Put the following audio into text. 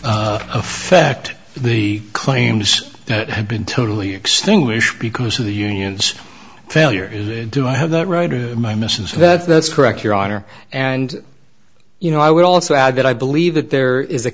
not affect the claims that had been totally extinguished because of the union's failure is do i have that right or my missions that's correct your honor and you know i would also add that i believe that there is a